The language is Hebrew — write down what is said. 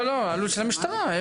עלות של המשטרה.